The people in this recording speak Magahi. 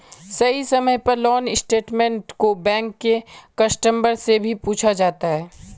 सही समय पर लोन स्टेटमेन्ट को बैंक के कस्टमर से भी पूछा जाता है